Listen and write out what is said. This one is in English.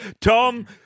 Tom